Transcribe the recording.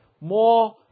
more